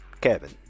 Kevin